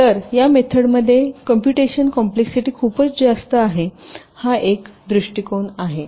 तर या मेथडमध्ये कम्प्युटेशन कॉम्प्लिसिटी खूपच जास्त आहे हा एक दृष्टीकोन आहे